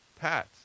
Pat